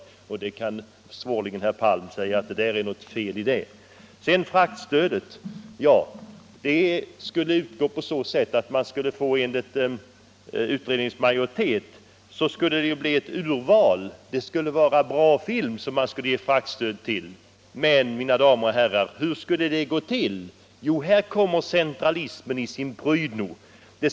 Herr Palm kan svårligen finna något fel i det uttalandet. Fraktstödet skulle enligt utredningens majoritet utgå för ett urval av god film. Men, mina damer och herrar, hur skulle det gå till? Jo, här kommer centralismen fram i sin prydno.